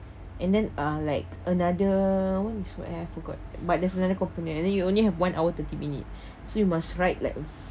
and then ah like another one is what ya I forgot but there's another component and then you only have one hour thirty minute so you must like